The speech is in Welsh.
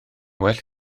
well